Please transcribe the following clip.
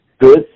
good